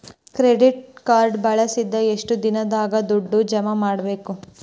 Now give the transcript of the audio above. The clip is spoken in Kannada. ಕ್ರೆಡಿಟ್ ಕಾರ್ಡ್ ಬಳಸಿದ ಎಷ್ಟು ದಿನದಾಗ ದುಡ್ಡು ಜಮಾ ಮಾಡ್ಬೇಕು?